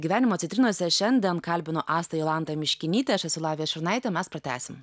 gyvenimo citrinose šiandien kalbinu astą jolantą miškinytę aš esu lavija šurnaitė mes pratęsim